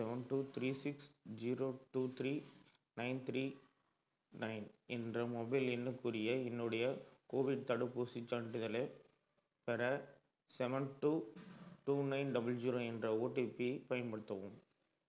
seven two three six six zero two three nine three nine என்ற mobile எண்ணுக்குரிய என்னுடைய Covid தடுப்பூசிச் சான்றிதழைப் பெற seven two two nine double zero என்ற பயன்படுத்தவும்